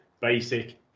basic